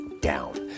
down